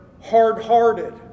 hard-hearted